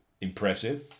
impressive